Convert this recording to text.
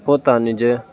પોતાની જ